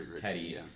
Teddy